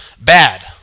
bad